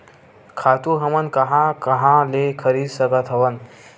खातु हमन कहां कहा ले खरीद सकत हवन?